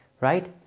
right